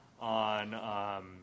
on